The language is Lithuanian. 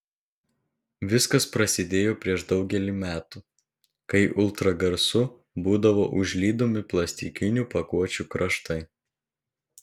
viskas prasidėjo prieš daugelį metų kai ultragarsu būdavo užlydomi plastikinių pakuočių kraštai